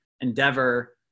Endeavor